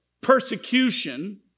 persecution